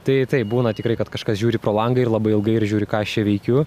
tai taip būna tikrai kad kažkas žiūri pro langą ir labai ilgai ir žiūri ką aš čia veikiu